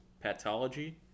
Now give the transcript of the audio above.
Pathology